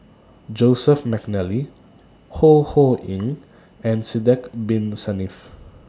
Joseph Mcnally Ho Ho Ying and Sidek Bin Saniff